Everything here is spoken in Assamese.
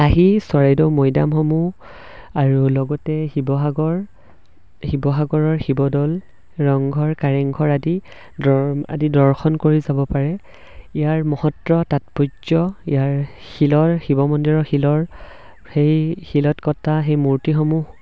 আহি চৰাইদেউ মৈদামসমূহ আৰু লগতে শিৱসাগৰ শিৱসাগৰৰ শিৱদৌল ৰংঘৰ কাৰেংঘৰ আদি আদি দৰ্শন কৰি যাব পাৰে ইয়াৰ মহত্ব তাৎপৰ্য ইয়াৰ শিলৰ শিৱ মন্দিৰৰ শিলৰ সেই শিলত কটা সেই মূৰ্তিসমূহ